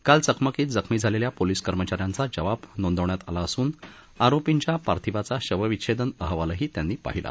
काल चकमकीत जखमी झालेल्या पोलीस कर्मचा यांची जबाब नोंदवून घेण्यात आली असून आरोपींच्या पार्थिवाचा शवविच्छेदन अहवालही त्यांनी पाहिला